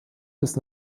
des